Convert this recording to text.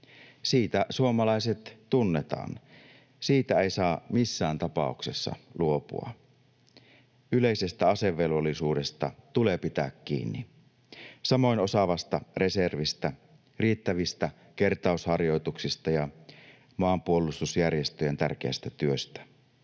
Siitä suomalaiset tunnetaan. Siitä ei saa missään tapauksessa luopua. Yleisestä asevelvollisuudesta tulee pitää kiinni, samoin osaavasta reservistä, riittävistä kertausharjoituksista ja maanpuolustusjärjestöjen tärkeästä työstä.